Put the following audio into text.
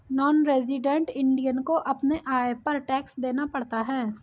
non resident Indian को अपने आय पर टैक्स देना पड़ता है